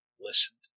listened